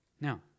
Now